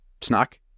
snack